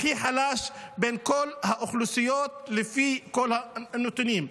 הכי חלש בין כל האוכלוסיות לפי כל הנתונים.